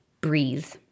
breathe